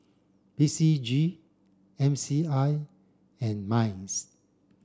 P C G M C I and MINDS